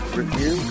review